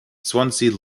swansea